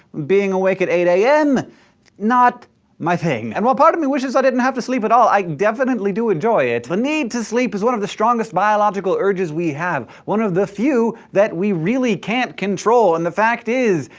being awake at eight am, not my thing. and while part of me wishes i didn't have to sleep at all, i definitely do enjoy it. the need to sleep is one of the strongest biological urges we have. one of the few that we really can't control. and the fact is,